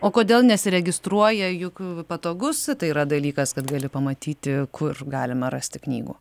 o kodėl nesiregistruoja juk patogus tai yra dalykas kad gali pamatyti kur galima rasti knygų